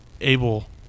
able